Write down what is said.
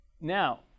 Now